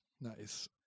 Nice